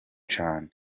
cane